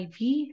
IV